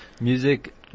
music